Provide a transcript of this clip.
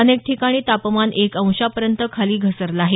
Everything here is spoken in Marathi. अनेक ठिकाणी तापमान एका अंशापर्यंत खाली घसरलं आहे